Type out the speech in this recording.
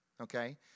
Okay